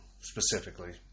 specifically